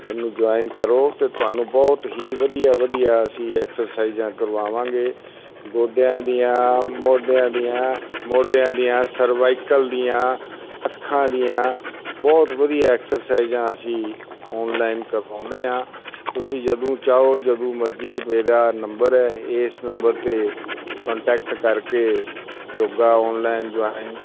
ਇਹਨੂੰ ਜੁਇਨ ਕਰੋ ਅਤੇ ਤੁਹਾਨੂੰ ਬਹੁਤ ਹੀ ਵਧੀਆ ਵਧੀਆ ਅਸੀਂ ਐਕਸਰਸਾਈਜ਼ਾਂ ਕਰਵਾਵਾਂਗੇ ਗੋਡਿਆਂ ਦੀਆਂ ਮੋਢਿਆਂ ਦੀਆਂ ਮੋਢਿਆਂ ਦੀਆਂ ਸਰਵਾਈਕਲ ਦੀਆਂ ਅੱਖਾਂ ਦੀਆਂ ਬਹੁਤ ਵਧੀਆ ਐਕਸਰਸਾਈਜ਼ਾਂ ਅਸੀਂ ਓਨਲਾਈਨ ਕਰਵਾਉਂਦੇ ਹਾਂ ਤੁਸੀਂ ਜਦੋਂ ਚਾਹੋ ਜਦੋਂ ਮਰਜ਼ੀ ਮੇਰਾ ਨੰਬਰ ਹੈ ਇਸ ਨੰਬਰ 'ਤੇ ਕੋਂਟੈਕਟ ਕਰਕੇ ਯੋਗਾ ਓਨਲਾਈਨ ਜੁਆਇਨ